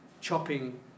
chopping